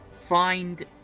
find